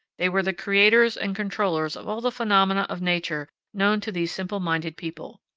they were the creators and controllers of all the phenomena of nature known to these simple-minded people.